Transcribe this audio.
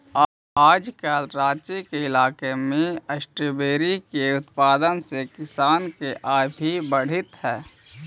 आजकल राँची के इलाका में स्ट्राबेरी के उत्पादन से किसान के आय भी बढ़ित हइ